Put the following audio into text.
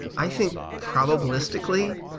i think, probabilistically,